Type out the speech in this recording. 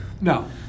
No